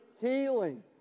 healing